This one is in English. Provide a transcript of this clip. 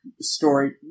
story